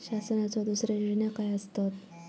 शासनाचो दुसरे योजना काय आसतत?